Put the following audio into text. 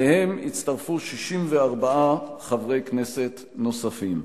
אליהם הצטרפו 64 חברי כנסת נוספים.